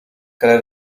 color